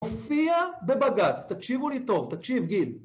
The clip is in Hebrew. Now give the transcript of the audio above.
הופיע בבג"ץ, תקשיבו לי טוב, תקשיב גיל.